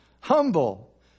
humble